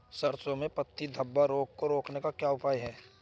सरसों में पत्ती धब्बा रोग को रोकने का क्या उपाय है?